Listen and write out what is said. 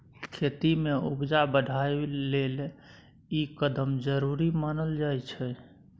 खेती में उपजा बढ़ाबइ लेल ई कदम जरूरी मानल जाइ छै